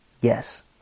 Yes